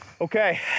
Okay